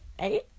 Eight